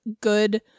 good